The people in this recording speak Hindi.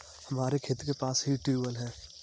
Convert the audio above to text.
हमारे खेत के पास ही ट्यूबवेल है